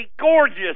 gorgeous